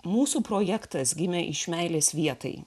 mūsų projektas gimė iš meilės vietai